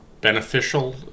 beneficial